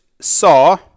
saw